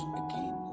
again